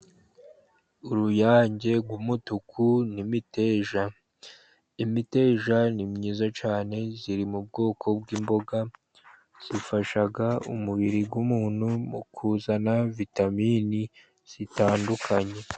Uruyange rw'umutuku n'imiteja. Imiteja ni myiza cyane, iri mu bwoko bw'imboga zifasha umubiri w'umuntu mu kuzana vitamini zitandukanye.